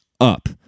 up